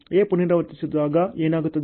A ಪುನರಾವರ್ತಿಸದಿದ್ದಾಗ ಏನಾಗುತ್ತದೆ